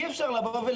אי-אפשר לומר: